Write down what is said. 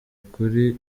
ukuri